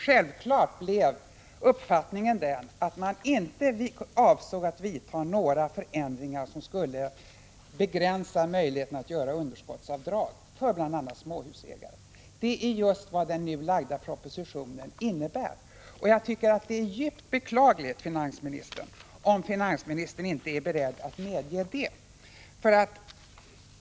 Självfallet blev uppfattningen den att man inte avsåg att vidta några förändringar som skulle begränsa möjligheten att göra underskottsavdrag, bl.a. för småhusägare. Detta är dock just vad den nu framlagda propositionen innebär. Jag tycker att det är djupt beklagligt om finansministern inte är beredd att medge detta.